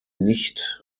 nicht